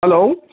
hello